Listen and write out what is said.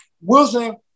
Wilson